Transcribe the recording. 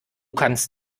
kannst